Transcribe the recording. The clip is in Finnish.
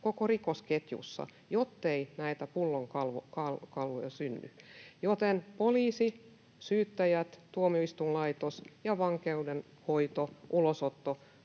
koko rikosketjussa, jottei näitä pullonkauloja synny. Joten poliisi, syyttäjät, tuomioistuinlaitos ja vankeinhoito, ulosotto,